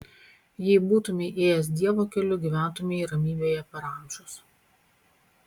jei būtumei ėjęs dievo keliu gyventumei ramybėje per amžius